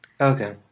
Okay